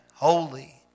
holy